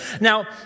Now